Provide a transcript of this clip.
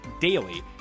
daily